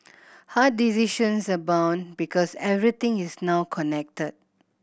hard decisions abound because everything is now connected